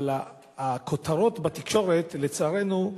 אבל הכותרות בתקשורת, לצערנו,